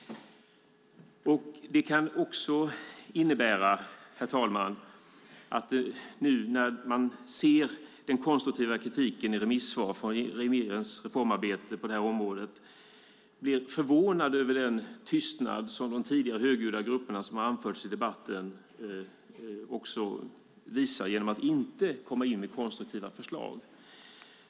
Det innebär också, herr talman, att man när man ser den konstruktiva kritiken i remissvaren på regeringens reformarbete på det här området blir förvånad över den tystnad som de tidigare högljudda grupperna, som har anförts i debatten, visar genom att inte komma in med konstruktiva förslag.